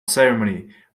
ceremony